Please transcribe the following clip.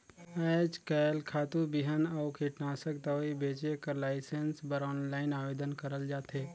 आएज काएल खातू, बीहन अउ कीटनासक दवई बेंचे कर लाइसेंस बर आनलाईन आवेदन करल जाथे